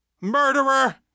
Murderer